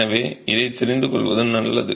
எனவே இதை தெரிந்து கொள்வது நல்லது